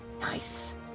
Nice